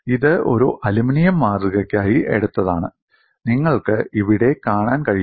ഇത് ഒരു അലുമിനിയം മാതൃകയ്ക്കായി എടുത്തതാണ് നിങ്ങൾക്ക് ഇവിടെ കാണാൻ കഴിയും